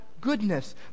goodness